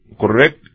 correct